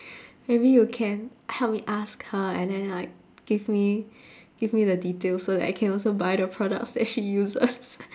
maybe you can help me ask her and then like give me give me the details so that I can also buy the products that she uses